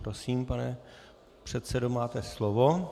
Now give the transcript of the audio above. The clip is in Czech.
Prosím, pane předsedo, máte slovo.